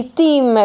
team